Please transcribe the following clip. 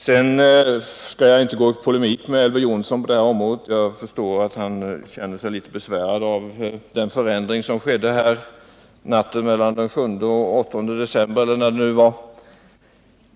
Jag skall inte gå i polemik med Elver Jonsson på det här området. Jag tror han känner sig litet besvärad av den förändring som skedde natten mellan den 7 och 8 december såvitt jag vet.